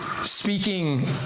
speaking